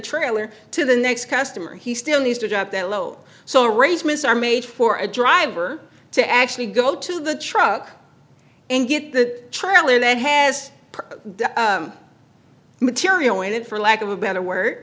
trailer to the next customer he still needs to drop that low so raise miss our mate for a driver to actually go to the truck and get the trailer that has material in it for lack of a better word